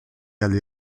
alle